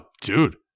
dude